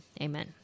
Amen